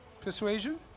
Persuasion